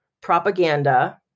propaganda